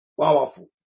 powerful